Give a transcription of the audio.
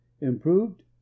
Improved